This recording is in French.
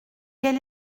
quel